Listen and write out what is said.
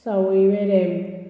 सावय वेरें